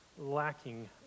lacking